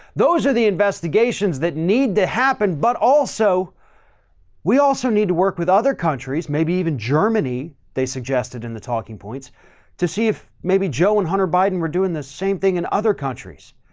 those are the investigations that need to happen. but also we also need to work with other countries. maybe even germany. they suggested in the talking points to see if maybe joe and hunter biden were doing this same thing in other countries.